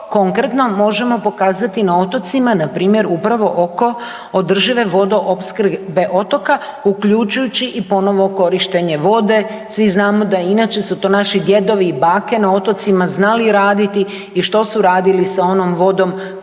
konkretno možemo pokazati na otocima npr. oko održive vodoopskrbe otoka uključujući i ponovo korištenje vode. Svi znamo da inače su to naši djedovi i bake na otocima znali raditi i što su radili sa onom vodom